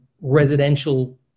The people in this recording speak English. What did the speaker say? residential